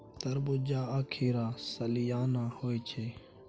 तरबूज्जा आ खीरा सलियाना होइ छै